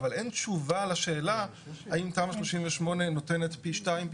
אבל אין תשובה לשאלה האם תמ"א 38 נותנת פי שתיים,